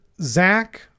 Zach